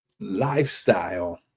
lifestyle